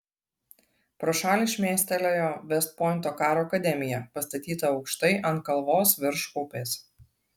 pro šalį šmėstelėjo vest pointo karo akademija pastatyta aukštai ant kalvos virš upės